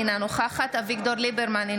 אינה נוכחת אביגדור ליברמן,